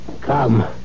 Come